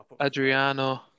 Adriano